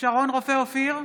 שרון רופא אופיר,